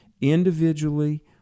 Individually